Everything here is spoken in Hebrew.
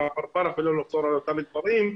ג'עפר פרח ולא על אותם מספרים,